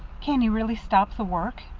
can he really stop the work?